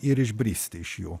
ir išbristi iš jų